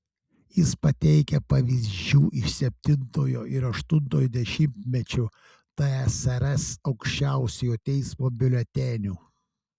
jis pateikia pavyzdžių iš septintojo ir aštuntojo dešimtmečių tsrs aukščiausiojo teismo biuletenių